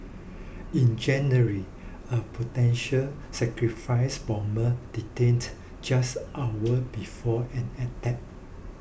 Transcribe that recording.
in January a potential sacrifice bomber detained just hours before an attack